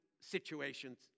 situations